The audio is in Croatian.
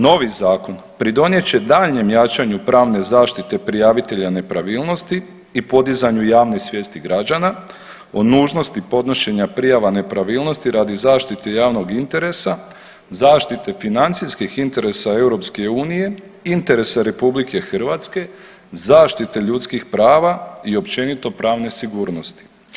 Novi zakon pridonijet će daljnjem jačanju pravne zaštite prijavitelja nepravilnosti i podizanju javne svijesti građana o nužnosti podnošenja prijava nepravilnosti radi zaštite javnog interesa, zaštite financijskih interesa EU, interesa RH, zaštite ljudskih prava i općenito pravne sigurnosti.